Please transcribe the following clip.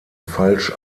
falsch